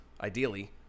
Ideally